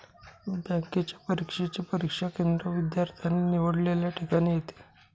बँकेच्या परीक्षेचे परीक्षा केंद्र विद्यार्थ्याने निवडलेल्या ठिकाणी येते